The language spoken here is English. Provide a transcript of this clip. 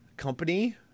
company